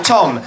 Tom